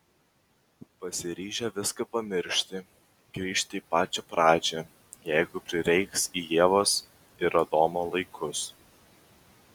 pasiryžę viską pamiršti grįžti į pačią pradžią jeigu prireiks į ievos ir adomo laikus